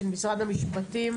של משרד המשפטים.